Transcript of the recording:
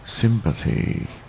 sympathy